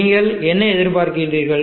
நீங்கள் என்ன எதிர்பார்க்கின்றீர்கள்